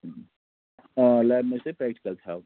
آ لیبہِ منٛز چھِ تۄہہِ پرٛٮ۪کٹِکل تہِ ہاوُن